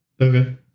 Okay